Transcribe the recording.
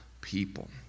people